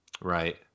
Right